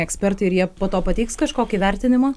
ekspertai ir jie po to pateiks kažkokį vertinimą